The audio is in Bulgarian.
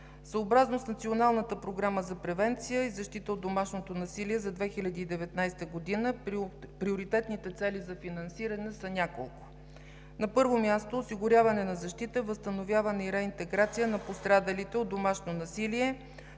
съобразно с Националната програма за превенция и защита от домашното насилие за 2019 г. Приоритетните цели за финансиране са няколко: На първо място, осигуряване на защита, възстановяване и реинтеграция на пострадалите от домашно насилие